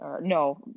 No